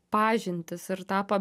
pažintys ir tapo